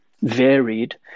varied